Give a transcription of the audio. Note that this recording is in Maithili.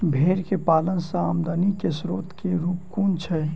भेंर केँ पालन सँ आमदनी केँ स्रोत केँ रूप कुन छैय?